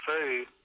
food